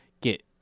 get